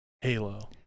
Halo